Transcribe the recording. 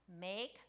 Make